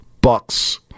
Bucks